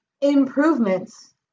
improvements